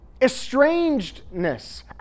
Estrangedness